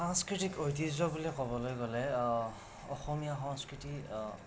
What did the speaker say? সাংস্কৃতিক ঐতিহ্য বুলি ক'বলৈ গ'লে অসমীয়া সংস্কৃতি